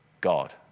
God